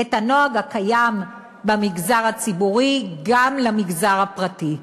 את הנוהג הקיים במגזר הציבורי גם למגזר הפרטי.